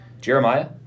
Jeremiah